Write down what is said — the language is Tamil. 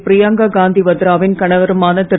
பிரியங்கா காந்தி வத்ராவின் கணவருமான திரு